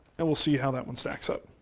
and we'll see how that one stacks up.